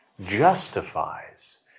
justifies